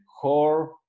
core